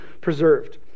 preserved